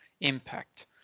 impact